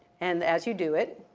and as you do it,